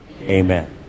Amen